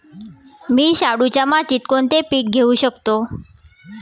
मी शाडूच्या मातीत कोणते पीक घेवू शकतो?